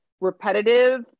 repetitive